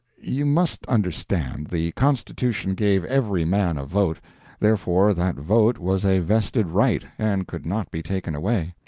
you must understand, the constitution gave every man a vote therefore that vote was a vested right, and could not be taken away.